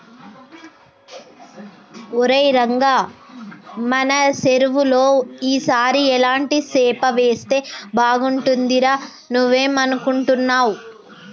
ఒరై రంగ మన సెరువులో ఈ సారి ఎలాంటి సేప వేస్తే బాగుంటుందిరా నువ్వేం అనుకుంటున్నావ్